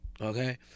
okay